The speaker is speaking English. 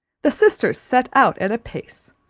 the sisters set out at a pace,